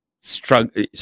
struggle